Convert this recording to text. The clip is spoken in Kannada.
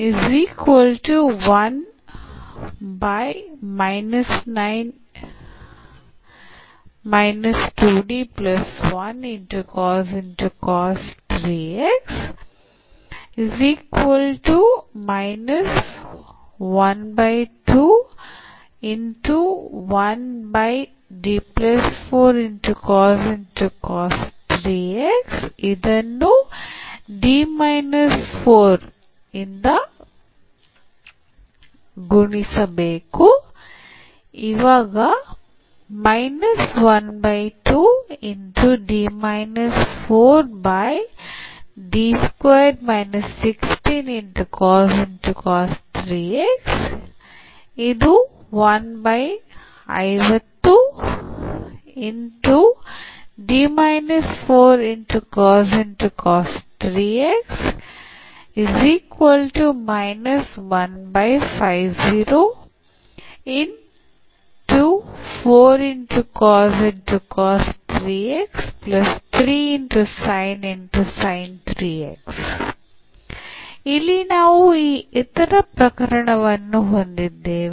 ಇಲ್ಲಿ ನಾವು ಈ ಇತರ ಪ್ರಕರಣವನ್ನು ಹೊಂದಿದ್ದೇವೆ